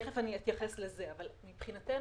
ותכף אני אתייחס לזה אבל מבחינתנו,